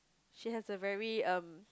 she has a very um